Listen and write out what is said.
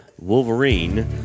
Wolverine